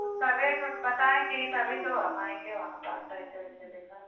उसका रेट उट बताएंगी तभी तो हम आएंगे वहाँ पर पैसे वैसे लेकर